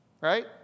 right